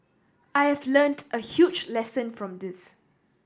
I have learnt a huge lesson from this